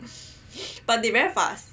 but they very fast